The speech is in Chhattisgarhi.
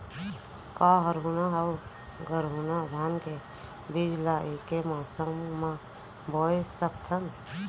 का हरहुना अऊ गरहुना धान के बीज ला ऐके मौसम मा बोए सकथन?